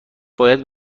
باید